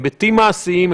היבטים מעשיים,